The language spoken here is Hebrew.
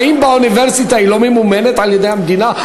האם האוניברסיטה לא ממומנת על-ידי המדינה?